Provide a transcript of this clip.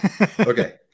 okay